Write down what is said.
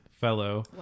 fellow